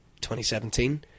2017